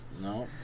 No